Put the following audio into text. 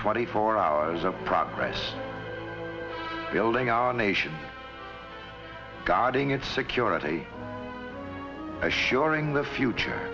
twenty four hours of progress building our nation guarding its security assuring the future